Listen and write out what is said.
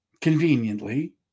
conveniently